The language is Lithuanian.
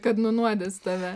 kad nunuodys tave